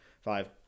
Five